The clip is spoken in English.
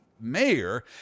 mayor